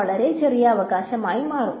വളരെ ചെറിയ അവകാശമായി മാറും